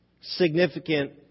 significant